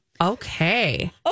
Okay